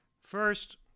First